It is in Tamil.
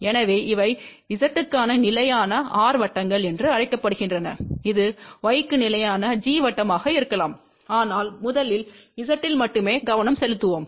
எனவே இவை Z க்கான நிலையான R வட்டங்கள் என்று அழைக்கப்படுகின்றன இது Y க்கு நிலையான G வட்டமாக இருக்கலாம் ஆனால் முதலில் Z இல் மட்டுமே கவனம் செலுத்துவோம்